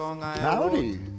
Howdy